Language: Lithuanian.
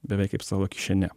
beveik kaip savo kišene